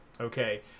Okay